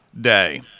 day